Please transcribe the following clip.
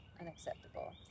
unacceptable